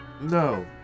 No